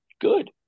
good